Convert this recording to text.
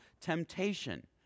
temptation